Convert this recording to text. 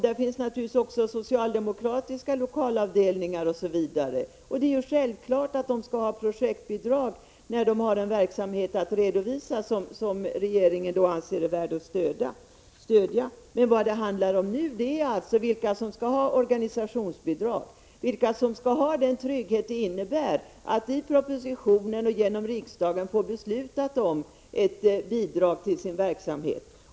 Det finns naturligtvis också socialdemokratiska lokalavdelningar osv. som fått stöd. Och det är självklart att de skall ha projektbidrag när de har en verksamhet att redovisa som regeringen anser är värd att stödja. Men vad det handlar om nu är vilka som skall ha organisationsbidrag, vilka som skall ha den trygghet som det innebär att genom propositionen och ett riksdagsbeslut få bidrag till sin verksamhet.